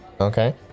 okay